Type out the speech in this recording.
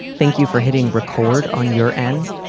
thank you for hitting record on your end.